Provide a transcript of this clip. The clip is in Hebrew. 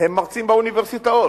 הם מרצים באוניברסיטאות,